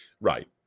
Right